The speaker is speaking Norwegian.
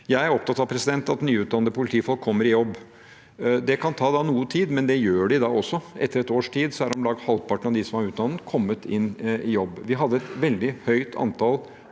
Jeg er opptatt av at nyutdannede politifolk skal komme i jobb. Det kan ta noe tid, men etter et års tid er om lag halvparten av dem som er utdannet, kommet i jobb. Vi hadde et veldig høyt antall